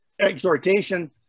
exhortation